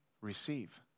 receive